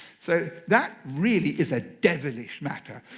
so that really is a devilish matter.